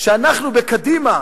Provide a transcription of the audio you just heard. שאנחנו בקדימה,